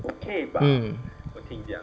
mm